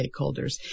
stakeholders